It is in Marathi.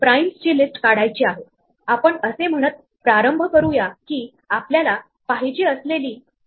जर आपण हा वर्टीकल बार वापरला तर आपल्याला या दोन सेटचे युनियन मिळू शकते